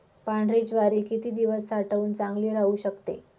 पांढरी ज्वारी किती दिवस साठवून चांगली राहू शकते?